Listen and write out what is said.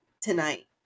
tonight